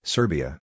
Serbia